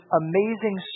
amazing